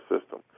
system